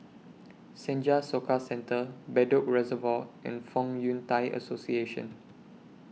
Senja Soka Centre Bedok Reservoir and Fong Yun Thai Association